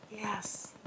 Yes